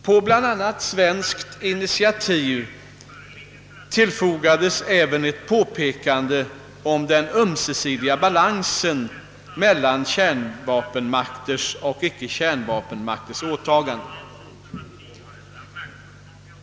På bl.a. svenskt initiativ tillfogades även ett påpekande om den ömsesidiga balansen mellan kärnvapenmakters och icke-kärnvapenmakters åtaganden.